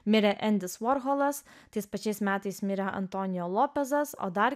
mirė endis vorholas tais pačiais metais mirė antonio lopesas o dar